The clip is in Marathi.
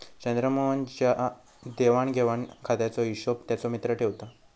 चंद्रमोहन च्या देवाण घेवाण खात्याचो हिशोब त्याचो मित्र ठेवता